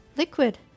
liquid